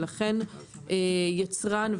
ולכן יצרן,